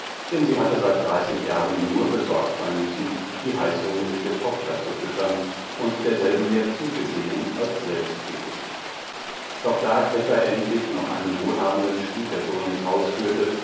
denn sie hatte seit dreißig jahren nur besorgt sein müssen die heißhungrige tochter zu füttern und derselben mehr zugesehen als selbst gegessen doch da kätter endlich noch einen wohlhabenden schwiegersohn ins haus führte